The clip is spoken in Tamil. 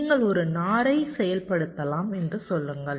நீங்கள் ஒரு NOR ஐ செயல்படுத்தலாம் என்று சொல்லுங்கள்